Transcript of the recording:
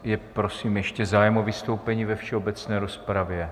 Je prosím ještě zájem o vystoupení ve všeobecné rozpravě?